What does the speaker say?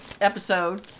episode